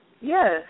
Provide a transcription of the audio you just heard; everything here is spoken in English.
Yes